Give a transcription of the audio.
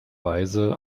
weise